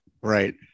Right